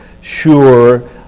sure